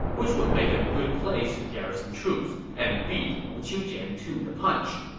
which would make a good place to garrison troops, and beat wu qiujian to the punch.